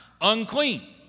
unclean